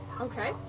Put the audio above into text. Okay